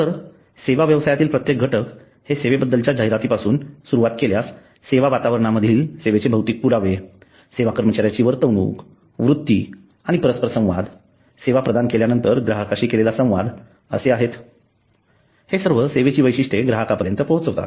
तर सेवा व्यवसायातील प्रत्येक घटक हे सेवेबद्दलच्या जाहिरातींपासून सुरुवात केल्यास सेवा वातावरणामधील सेवेचे भौतिक पुरावे सेवा कर्मचाऱ्यांची वर्तवणूकवृत्ती आणि परस्परसंवाद सेवा प्रदान केल्या नंतर ग्राहकांशी केलेला संवाद असे आहेत हे सर्व सेवेची वैशिष्ट्ये ग्राहकांपर्यंत पोहचवितात